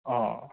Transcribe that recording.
आ